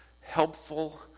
helpful